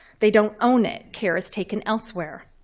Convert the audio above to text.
they don't own it. care is taken elsewhere.